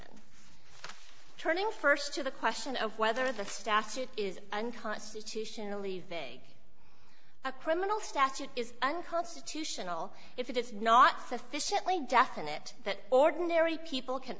n turning st to the question of whether the statute is unconstitutional leave big a criminal statute is unconstitutional if it is not sufficiently definite that ordinary people can